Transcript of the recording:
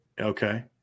Okay